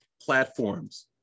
platforms